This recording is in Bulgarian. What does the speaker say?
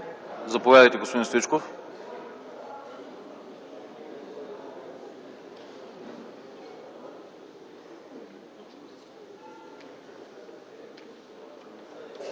Заповядайте, господин Стоичков.